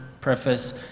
preface